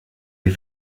est